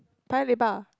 Paya-Lebar